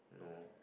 no